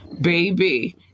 baby